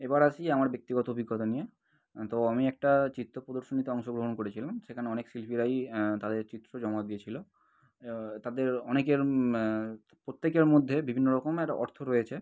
এবার আসি আমার ব্যক্তিগত অভিজ্ঞতা নিয়ে তো আমি একটা চিত্র প্রদর্শনীতে অংশগ্রহণ করেছিলাম সেখানে অনেক শিল্পীরাই তাদের চিত্র জমা দিয়েছিল এবা তাদের অনেকের প্রত্যেকের মধ্যে বিভিন্ন রকমের অর্থ রয়েছে